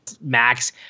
Max